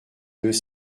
deux